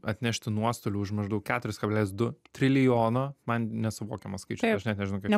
atnešti nuostolių už maždaug keturis kablelis du trilijono man nesuvokiamas skaičius aš net nežinau kaip